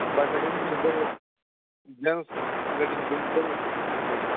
bicycle बहुद दङ gents ladies बहुद दङ मोनैबो